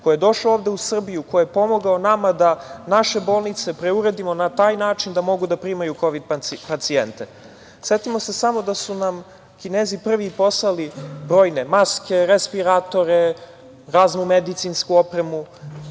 koji je došao ovde u Srbiju, koji je pomogao nama da naše bolnice preuredimo na taj način da mogu da primaju kovid pacijente. Setimo se samo da su nam Kinezi prvi i poslali brojne maske, respiratore, raznu medicinsku opremu.